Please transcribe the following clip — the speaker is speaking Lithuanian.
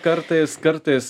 kartais kartais